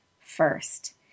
first